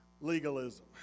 legalism